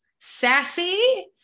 sassy